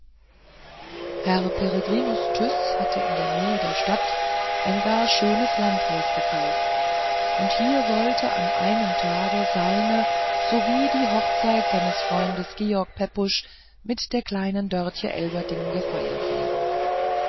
herr peregrinus tyß hatte in der nähe der stadt ein gar schönes landhaus gekauft und hier sollte an einem tage seine so wie die hochzeit seines freundes george pepusch mit der kleinen dörtje elverdink gefeiert werden